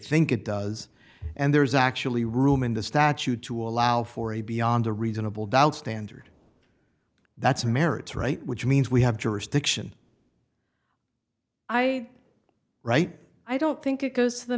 think it does and there's actually room in the statute to allow for a beyond a reasonable doubt standard that's merits right which means we have jurisdiction i write i don't think it goes to the